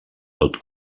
tot